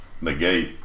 negate